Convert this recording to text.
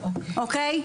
אוקי.